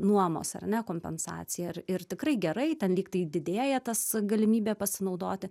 nuomos ar ne kompensacija ir ir tikrai gerai ten lyg tai didėja tas galimybė pasinaudoti